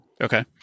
Okay